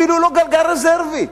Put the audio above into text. אפילו לא גלגל רזרבי.